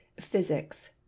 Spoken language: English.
Physics